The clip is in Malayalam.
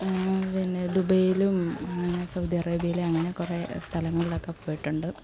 പിന്നെ ദുബയിലും സൗദി അറേബ്യയിലാങ്ങനെ കുറെ സ്ഥലങ്ങളിലൊക്കെ പോയിട്ടുണ്ട്